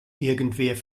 irgendwer